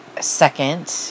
second